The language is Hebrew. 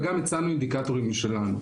וגם הצענו אינדיקטורים משלנו.